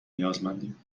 نیازمندیم